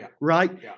Right